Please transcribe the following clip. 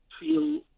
feel